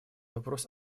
вопрос